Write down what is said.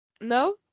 no